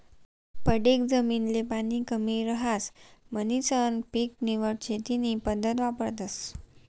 पडीक जमीन ले पाणी कमी रहास म्हणीसन पीक निवड शेती नी पद्धत वापरतस